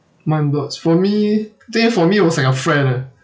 mind blocks for me think for me it was like a friend eh